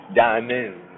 diamonds